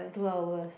two hours